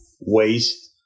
waste